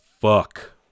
fuck